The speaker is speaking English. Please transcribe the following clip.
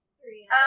Three